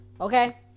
Okay